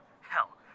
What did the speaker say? Hell